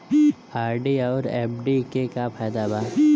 RD आउर FD के का फायदा बा?